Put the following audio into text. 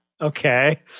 Okay